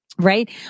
right